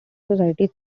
society